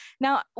Now